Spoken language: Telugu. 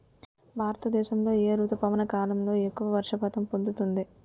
భారతదేశంలో ఏ రుతుపవన కాలం ఎక్కువ వర్షపాతం పొందుతుంది?